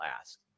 ask